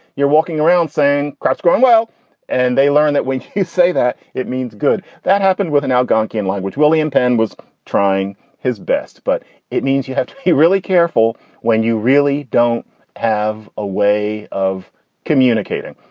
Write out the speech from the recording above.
you're walking around saying crops grown well and they learn that when you say that, it means good. that happened with an algonkin language. william penn was trying his best. but it means you have to be really careful when you really don't have a way of communicating.